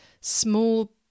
small